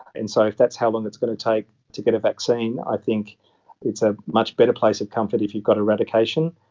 and so if that's how long it's going to take to get a vaccine, i think it's a much better place of comfort if you've got eradication.